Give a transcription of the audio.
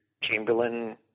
Chamberlain